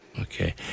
Okay